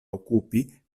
okupi